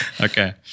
Okay